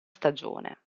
stagione